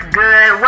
good